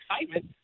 excitement